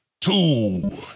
two